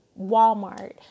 Walmart